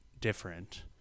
different